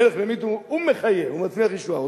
"מלך ממית ומחיה ומצמיח ישועה".